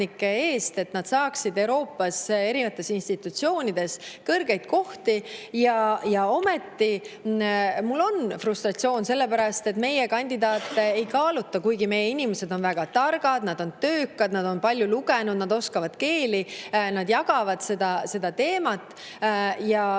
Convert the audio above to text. et nad saaksid Euroopas erinevates institutsioonides kõrgeid kohti. Ometi on mul frustratsioon sellepärast, et meie kandidaate ei kaaluta, kuigi meie inimesed on väga targad, nad on töökad, nad on palju lugenud, nad oskavad keeli, nad jagavad seda teemat. Ometi